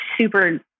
super